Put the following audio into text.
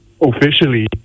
officially